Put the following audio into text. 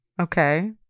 Okay